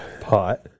pot